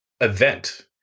event